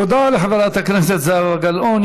תודה לחברת הכנסת זהבה גלאון.